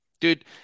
dude